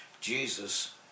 Jesus